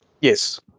Yes